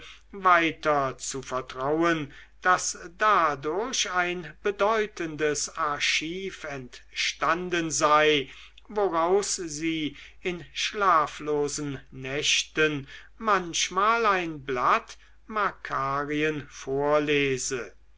weiter zu vertrauen daß dadurch ein bedeutendes archiv entstanden sei woraus sie in schlaflosen nächten manchmal ein blatt makarien vorlese